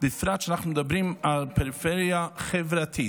בפרט כשאנחנו מדברים על פריפריה חברתית.